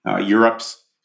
Europe's